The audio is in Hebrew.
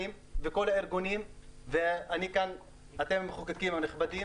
וכל הארגונים ואתם המחוקקים הנכבדים.